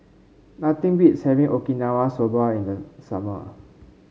nothing beats having Okinawa Soba in the summer